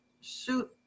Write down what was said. shoot